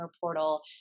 portal